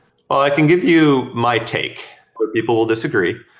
i can give you my take, but people will disagree.